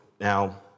now